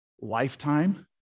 lifetime